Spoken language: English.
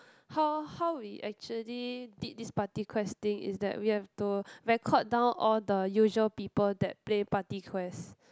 how how we actually did this party quest thing is that we have to record down all the usual people that play party quest